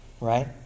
right